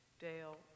Dale